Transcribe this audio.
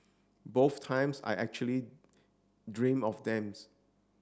both times I actually dream of